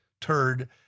turd